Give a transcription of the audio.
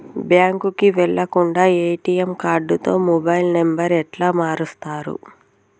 బ్యాంకుకి వెళ్లకుండా ఎ.టి.ఎమ్ కార్డుతో మొబైల్ నంబర్ ఎట్ల మారుస్తరు?